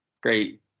great